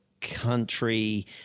country